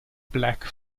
black